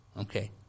Okay